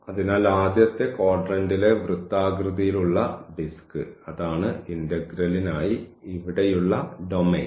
അതിനാൽ ആദ്യത്തെ ക്വാഡ്രന്റിലെ വൃത്താകൃതിയിലുള്ള ഡിസ്ക് അതാണ് ഇന്റഗ്രലിനായി ഇവിടെയുള്ള ഡൊമെയ്ൻ